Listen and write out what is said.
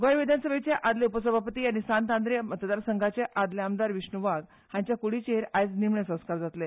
गोंय विधानसभेचे आदले उपसभापती आनी सांत आंद्र मतदारसंघाचे आदले आमदार विश्णू वाघ हांचे कुडीचेर आयज निमाणे संस्कार जातले